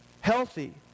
healthy